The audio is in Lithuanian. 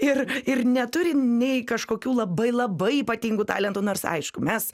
ir ir neturi nei kažkokių labai labai ypatingų talentų nors aišku mes